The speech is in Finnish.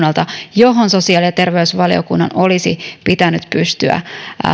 johon sosiaali ja terveysvaliokunnan olisi pitänyt pystyä